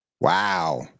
Wow